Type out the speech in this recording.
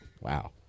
Wow